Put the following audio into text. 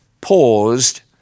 paused